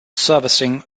servicing